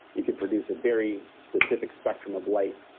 you could produce a very specific spectrum of light.